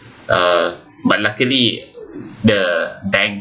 uh but luckily the bank